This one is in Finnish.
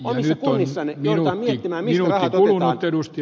omissa kunnissanne joudutaan miettimään mistä rahat otetaan